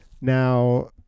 Now